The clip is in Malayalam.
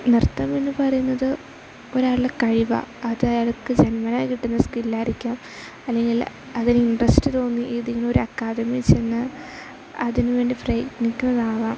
നൃത്തം എന്നു പറയുന്നത് ഒരാളുടെ കഴിവാണ് അത് അയാൾക്ക് ജന്മനാ കിട്ടുന്ന സ്കിൽ ആയിരിക്കാം അല്ലെങ്കിൽ അത് ഇനി ട്രസ്റ്റ് തോന്നി ഏതെങ്കിലും ഒരു അക്കാദയിൽ ചെന്നു അതിന് വേണ്ടി പ്രയത്നിക്കുന്നതാവാം